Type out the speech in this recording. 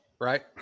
right